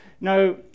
Now